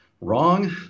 wrong